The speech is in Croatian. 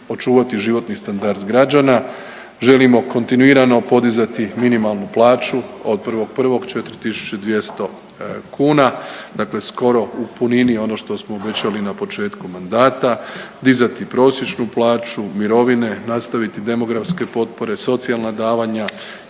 očuvati životni standard građana želimo kontinuirano podizati minimalnu plaću od 1.1. 4.200 kuna, dakle skoro u punini ono što smo obećali na početku mandati, dizati prosječnu plaću, mirovine, nastaviti demografske potpore, socijalna davanja